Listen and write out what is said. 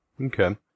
Okay